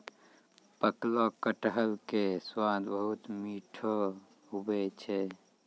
पकलो कटहर के स्वाद बहुत मीठो हुवै छै